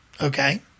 okay